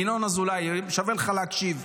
ינון אזולאי, שווה לך להקשיב,